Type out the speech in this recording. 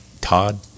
Todd